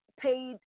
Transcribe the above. paid